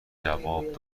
جواب